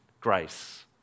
grace